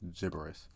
gibberish